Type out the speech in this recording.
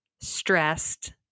stressed